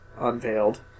unveiled